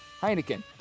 Heineken